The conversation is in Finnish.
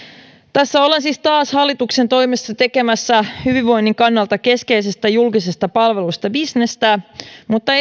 tässä ollaan siis taas hallituksen toimesta tekemässä hyvinvoinnin kannalta keskeisestä julkisesta palvelusta bisnestä mutta